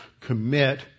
commit